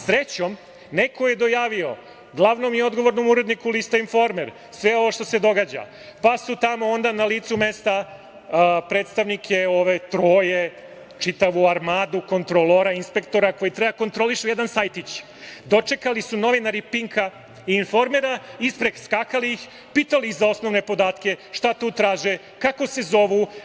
Srećom, neko je dojavio glavnom i odgovornom uredniku lista „Informer“ sve ovo što se događa, pa su tamo onda na licu mesta predstavnike, ovo troje, čitavu armadu kontrolora i inspektora koji treba da kontrolišu jedan sajtić dočekali novinari „Pinka“ i „Informera“ i ispreskakali ih, pitali ih za osnovne podatke – šta tu traže, kako se zovu.